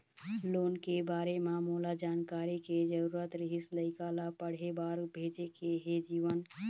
loan के बारे म मोला जानकारी के जरूरत रीहिस, लइका ला पढ़े बार भेजे के हे जीवन